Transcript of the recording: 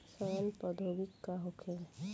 सड़न प्रधौगिकी का होखे?